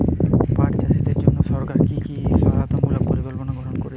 পাট চাষীদের জন্য সরকার কি কি সহায়তামূলক পরিকল্পনা গ্রহণ করেছে?